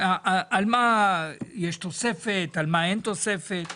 על מה יש תוספת, על מה אין תוספת.